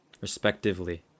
Respectively